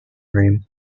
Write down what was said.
room